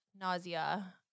nausea